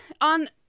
on